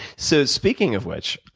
so, speaking of which,